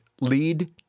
lead